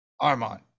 Armand